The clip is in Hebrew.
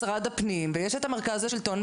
נבקש את תשובת משרד הפנים לנושא הזה.